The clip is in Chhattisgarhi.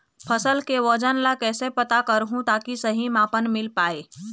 फसल के वजन ला कैसे पता करहूं ताकि सही मापन मील पाए?